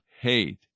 hate